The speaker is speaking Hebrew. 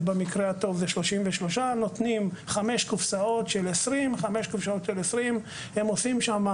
במקרה הטוב זה 33. נותנים חמש קופסאות של 20. הם עושים שם